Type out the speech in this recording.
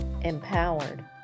empowered